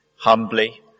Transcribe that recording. Humbly